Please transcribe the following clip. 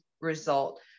result